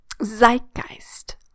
zeitgeist